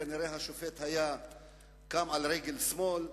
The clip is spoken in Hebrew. כנראה השופט קם על רגל שמאל.